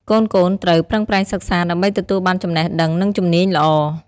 កូនៗត្រូវ ប្រឹងប្រែងសិក្សា ដើម្បីទទួលបានចំណេះដឹង និងជំនាញល្អ។